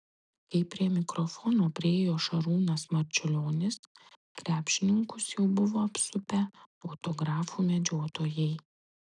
kai prie mikrofono priėjo šarūnas marčiulionis krepšininkus jau buvo apsupę autografų medžiotojai